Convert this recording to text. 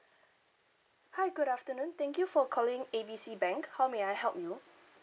hi good afternoon thank you for calling A B C bank how may I help you